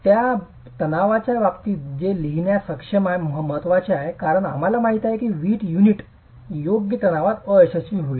त्या तणावाच्या बाबतीत ते लिहिण्यास सक्षम असणे महत्वाचे आहे कारण आम्हाला माहित आहे की वीट युनिट योग्य तणावात अयशस्वी होईल